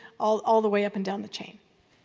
all all the way up and down the chain.